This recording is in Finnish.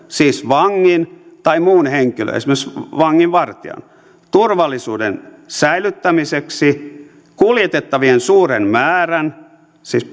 siis vangin tai muun henkilön esimerkiksi vanginvartijan turvallisuuden suojelemiseksi tai kuljetuksen turvallisuuden säilyttämiseksi kuljetettavien suuren määrän siis